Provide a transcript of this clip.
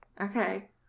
Okay